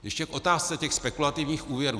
Ještě k otázce těch spekulativních úvěrů.